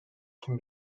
can